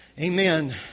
Amen